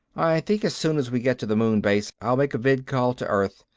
i think as soon as we get to the moon base i'll make a vidcall to earth.